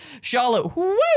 Charlotte